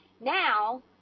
Now